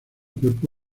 cuerpo